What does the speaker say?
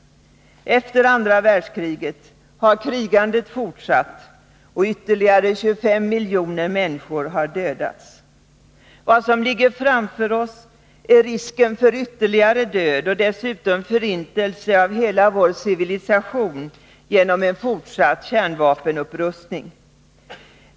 Efter andra världskriget har krigandet fortsatt och ytterligare 25 miljoner människor dödats. Vad som ligger framför oss är risken för ytterligare död och dessutom förintelse av hela vår civilisation genom en fortsatt kärnvapenupprustning.